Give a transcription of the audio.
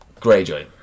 Greyjoy